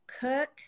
cook